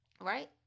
right